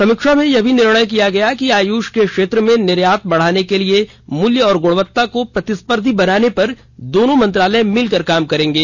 समीक्षा में यह भी निर्णय किया गया कि आयुष के क्षेत्र में निर्यात बढ़ाने के लिए मूल्य और गुणवत्ता को प्रतिस्पर्धी बनाने पर दोनों मंत्रालय मिलकर काम करेंगे